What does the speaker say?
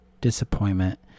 disappointment